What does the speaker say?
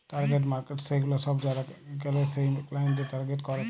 target markets সেগুলা সব যারা কেলে সেই ক্লায়েন্টদের টার্গেট করেক